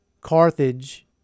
Carthage